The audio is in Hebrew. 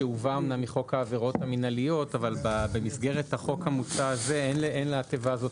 שאובה מחוק העבירות המינהליות אבל במסגרת החוק המוצע הזה אין לתיבה הזאת